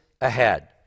ahead